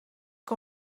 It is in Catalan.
que